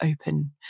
open